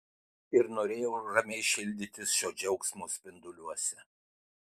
ir norėjau ramiai šildytis šio džiaugsmo spinduliuose